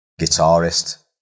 guitarist